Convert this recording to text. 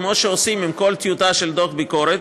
כמו שעושים עם כל טיוטה של דוח ביקורת,